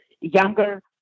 younger